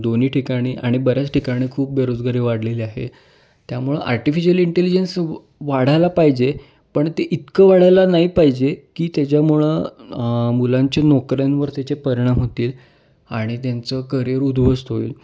दोन्ही ठिकाणी आणि बऱ्याच ठिकाणी खूप बेरोजगारी वाढलेली आहे त्यामुळं आर्टिफिशयल इंटेलिजन्स वाढायला पाहिजे पण ते इतकं वाढायला नाही पाहिजे की त्याच्यामुळं मुलांचे नोकऱ्यांवर त्याचे परिणाम होतील आणि त्यांचं करिअर उध्वस्त होईल